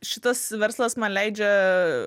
šitas verslas man leidžia